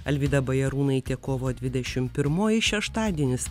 alvyda bajarūnaitė kovo dvidešim pirmoji šeštadienis